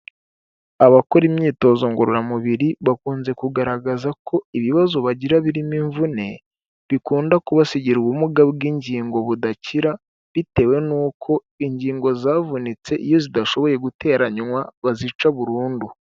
Abakora imyitozo ngororamubiri bakunze kugaragaza ko ibibazo bagira birimo imvune bikunda kubasigira ubumuga bw'ingingo budakira bitewe n'uko ingingo zavunitse iyo zidashoboye guteranywa bazica burundu.